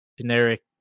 generic